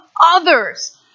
others